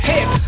Hip